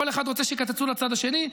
כל אחד רוצה שיקצצו לצד השני.